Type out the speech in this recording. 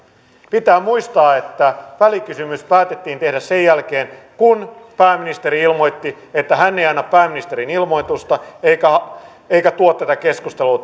pitää muistaa että välikysymys päätettiin tehdä sen jälkeen kun pääministeri ilmoitti että hän ei anna pääministerin ilmoitusta eikä tuo tätä keskustelua